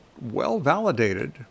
well-validated